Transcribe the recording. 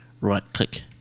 right-click